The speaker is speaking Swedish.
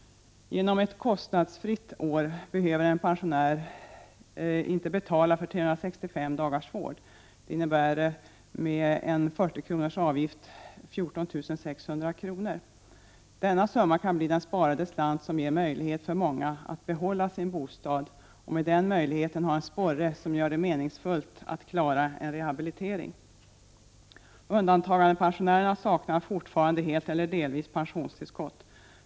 Genom ett kostnadsfritt år behöver en pensionär ej betala för 365 dagars vård. Det innebär med 40 kronors avgift 14 600 kr. Denna summa kan bli den sparade slant som ger möjlighet för många att behålla sin bostad och med den möjligheten ha en sporre som gör det meningsfullt att klara en rehabilitering. Undantagandepensionärerna saknar fortfarande helt eller delvis pensionstillskott.